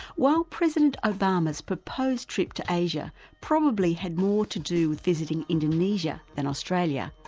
while president obama's proposed trip to asia probably had more to do with visiting indonesia than australia,